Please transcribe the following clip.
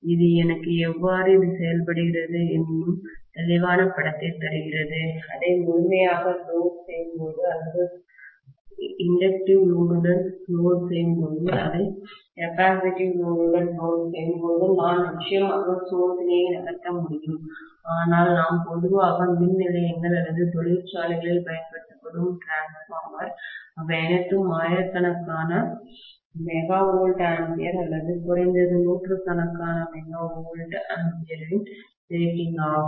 இது எனக்கு எவ்வாறு இது செயல்படுகிறது என்னும் தெளிவான படத்தை தருகிறது அதை முழுமையாக லோடு செய்யும்போது அல்லது தூண்டக்கூடிய இண்டக்ட்டிவ் லோடுடன் லோடு செய்யும்போது அதை கெப்பாசிட்டிவ் லோடுடன் லோடு செய்யும்போது நான் நிச்சயமாக சோதனையை நடத்த முடியும் ஆனால் நாம் பொதுவாக மின் நிலையங்கள் அல்லது தொழிற்சாலைகளில் பயன்படுத்தும் மின்மாற்றிகள்டிரான்ஸ்பார்மர் அவை அனைத்தும் ஆயிரக்கணக்கான MVA அல்லது குறைந்தது நூற்றுக்கணக்கான MVA வின் ரேட்டிங் ஆகும்